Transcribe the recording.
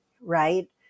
right